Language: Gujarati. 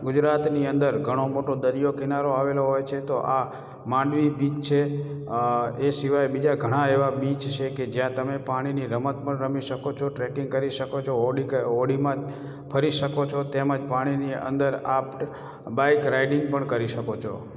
ગુજરાતની અંદર ઘણો મોટો દરિયો કિનારો આવેલો હોય છે તો આ માંડવી બીચ છે અં એ સિવાય બીજા ઘણા એવા બીચ છે કે જ્યાં તમે પાણીની રમત પણ રમી શકો છો ટ્રૅકિંગ કરી શકો છો હોડી કે હોડીમાં ફરી શકો છો તેમજ પાણીની અંદર આપ બાઈક રાઇડિંગ પણ કરી શકો છો